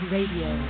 Radio